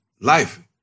life